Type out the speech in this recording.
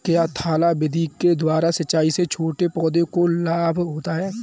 क्या थाला विधि के द्वारा सिंचाई से छोटे पौधों को लाभ होता है?